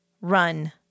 Run